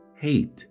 hate